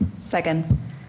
Second